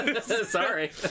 Sorry